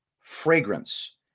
fragrance